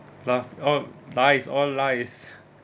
love oh lies all lies